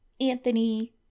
Anthony